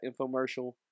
infomercial